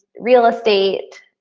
real estate